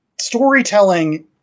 storytelling